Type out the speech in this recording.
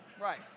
Right